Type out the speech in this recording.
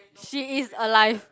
she is alive